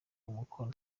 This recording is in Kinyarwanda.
umukoro